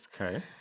Okay